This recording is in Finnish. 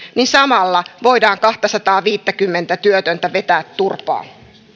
niin samalla voidaan kahtasataaviittäkymmentä työtöntä vetää turpaan